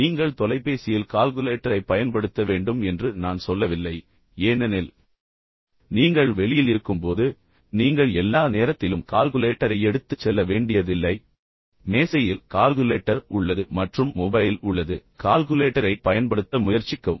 நீங்கள் தொலைபேசியில் கால்குலேட்டரைப் பயன்படுத்த வேண்டும் என்று நான் சொல்லவில்லை ஏனெனில் நீங்கள் வெளியில் இருக்கும்போது நீங்கள் எல்லா நேரத்திலும் கால்குலேட்டரை எடுத்துச் செல்ல வேண்டியதில்லை ஆனால் உங்கள் மேசையில் கால்குலேட்டர் உள்ளது மற்றும் மொபைல் போன் உள்ளது உங்களுக்கு ஒரு தேர்வு இருக்கும்போது கால்குலேட்டரைப் பயன்படுத்த முயற்சிக்கவும்